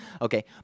okay